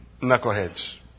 knuckleheads